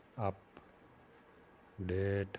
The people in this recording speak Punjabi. up date